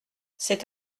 c’est